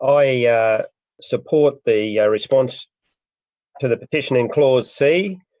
i yeah support the yeah response to the petition in clause c.